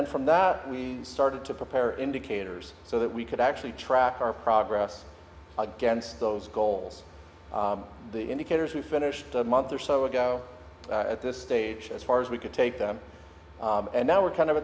then from that we started to prepare indicators so that we could actually track our progress against those goals the indicators we finished a month or so ago at this stage as far as we could take them and now we're kind of